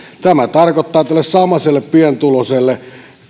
tämä tarkoittaa tälle samaiselle pienituloiselle